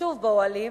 ושוב באוהלים,